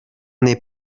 n’est